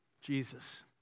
Jesus